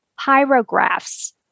pyrographs